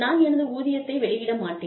நான் எனது ஊதியத்தை வெளியிட மாட்டேன்